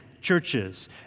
churches